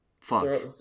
fuck